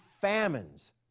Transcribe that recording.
famines